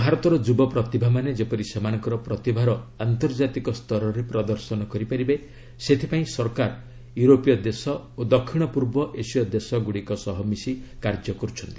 ଭାରତର ଯୁବ ପ୍ରତିଭାମାନେ ଯେପରି ସେମାନଙ୍କର ପ୍ରତିଭାର ଆନ୍ତର୍ଜାତିକ ସ୍ତରରେ ପ୍ରଦର୍ଶନ କରିପାରିବେ ସେଥିପାଇଁ ସରକାର ୟୁରୋପୀୟ ଦେଶ ଓ ଦକ୍ଷିଣ ପୂର୍ବ ଏସୀୟ ଦେଶଗୁଡ଼ିକ ସହ ମିଶି କାର୍ଯ୍ୟ କରୁଛନ୍ତି